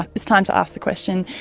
it's time to ask the question.